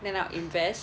then I'll invest